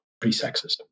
pre-sexist